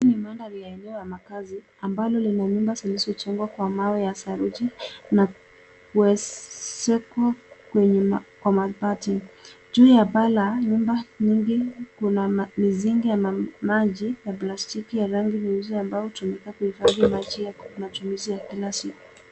Hii ni mandhari ya eneo ya makazi ambalo lina nyumba zilizojengwa kwa mawe ya saruji na kuezekwa kwa mabati. Juu ya paa la nyumba nyingi kuna misingi ya maji ya plastiki ya rangi nyeusi ambayo hutumika kuhifadhi maji ya matumizi ya kila siku.